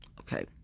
okay